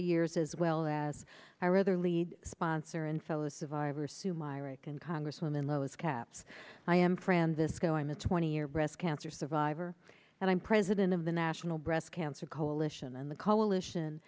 the years as well as our other lead sponsor and fellow survivor sue myrick and congresswoman lois capps i am francisco i'm a twenty year breast cancer survivor and i'm president of the national breast cancer coalition and the coalition